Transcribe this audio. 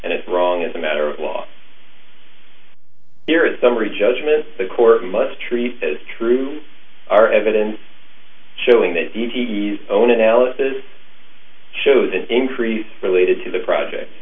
and it's wrong as a matter of law here is summary judgment the court must treat as true our evidence showing that e t s own analysis shows an increase related to the project